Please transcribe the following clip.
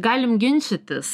galim ginčytis